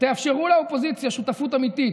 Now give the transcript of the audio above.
תאפשרו לאופוזיציה שותפות אמיתית,